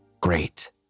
Great